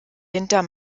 hinter